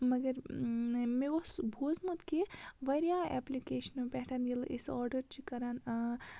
مگر مےٚ اوس بوٗزمُت کہِ واریاہ اٮ۪پلِکیشنو پٮ۪ٹھ ییٚلہِ أسۍ آرڈَر چھِ کَران